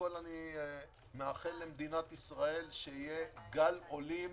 אני מאחל למדינת ישראל שיהיה גל עולים